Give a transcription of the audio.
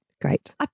great